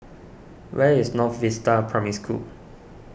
where is North Vista Primary School